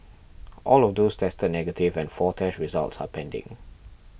all of those tested negative and four test results are pending